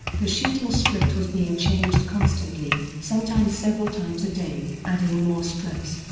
the shooting script was being changed constantly, sometimes several times a day, adding more stress.